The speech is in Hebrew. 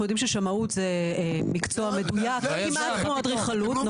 יודעים ששמאות זה מקצוע מדויק וכמעט כמו אדריכלות,